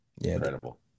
Incredible